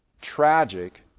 tragic